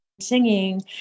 singing